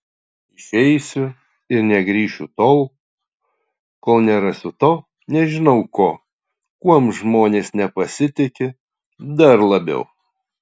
išeisiu ir negrįšiu tol kol nerasiu to nežinau ko kuom žmonės nepasitiki dar labiau